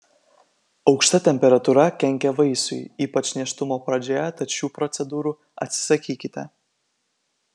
aukšta temperatūra kenkia vaisiui ypač nėštumo pradžioje tad šių procedūrų atsisakykite